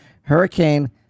Hurricane